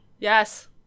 Yes